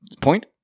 Point